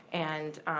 and